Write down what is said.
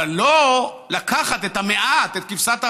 אבל לא לקחת את המעט, את כבשת הרש,